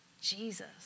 Jesus